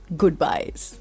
goodbyes